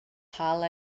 halle